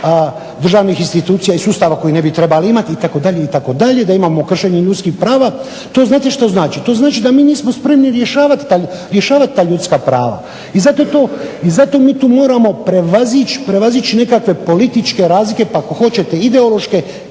državnih institucija i sustava koji ne bi trebali imati itd., itd., da imamo kršenje ljudskih prava to znate što znači? To znači da mi nismo spremni rješavati ta ljudska prava. I zato je to, i zato mi tu moramo prevazići nekakve političke razlike, pa ako hoćete i ideološke,